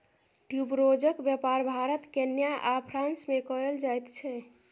ट्यूबरोजक बेपार भारत केन्या आ फ्रांस मे कएल जाइत छै